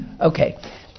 Okay